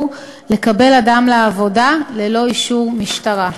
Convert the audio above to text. לקבל אדם לעבודה ללא אישור משטרה.